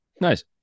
nice